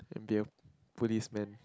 and be a policeman